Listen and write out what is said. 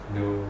no